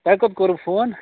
تۄہہ کوٛت کوروٗ فون